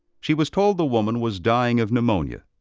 she was told the woman was dying of pneumonia.